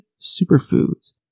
Superfoods